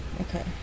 Okay